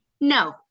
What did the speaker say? no